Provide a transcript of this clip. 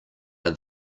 are